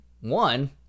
one